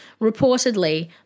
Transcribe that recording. Reportedly